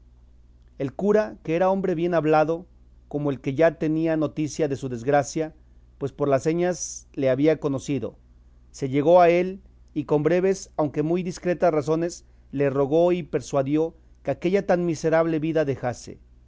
el cura que era hombre bien hablado como el que ya tenía noticia de su desgracia pues por las señas le había conocido se llegó a él y con breves aunque muy discretas razones le rogó y persuadió que aquella tan miserable vida dejase